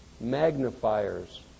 magnifiers